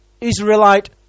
Israelite